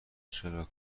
چرا